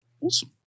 Awesome